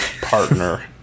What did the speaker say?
partner